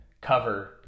cover